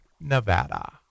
Nevada